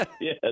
yes